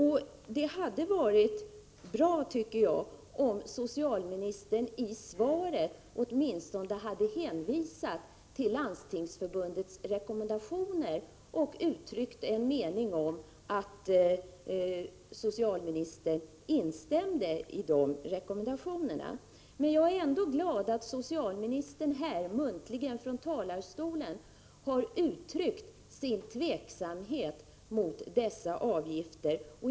Det hade varit bra, tycker jag, om socialministern i svaret åtminstone hade hänvisat till Landstingsförbundets rekommendationer och instämt i dem. Men jag är ändå glad att socialministern muntligen från talarstolen har uttryckt sina tvivel när det gäller dessa avgifter.